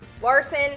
Larson